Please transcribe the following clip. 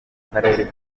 karere